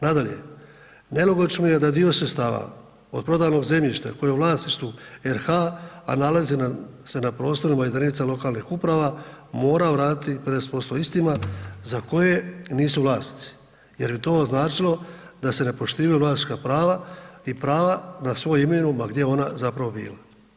Nadalje, nelogično je da dio sredstava od prodanog zemljišta koje je u vlasništvu RH, a nalazi se na prostorima jedinica lokalnih uprava mora vratiti 50% istima, za koje nisu vlasnici, jer bi to značilo da se ne poštivaju vlasnička prava i prava na svoju …/nerazumljivo/… ma gdje ona zapravo bila.